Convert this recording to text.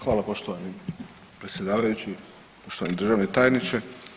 Hvala poštovani predsjedavajući, poštovani državni tajniče.